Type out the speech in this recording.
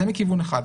זה מכיוון אחד.